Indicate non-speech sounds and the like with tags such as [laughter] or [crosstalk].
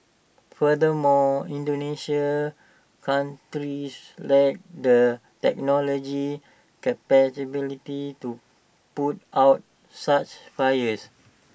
furthermore Indonesia [unintelligible] lacks the technology capabilities to put out such fires